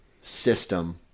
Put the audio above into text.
system